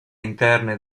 interne